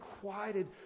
quieted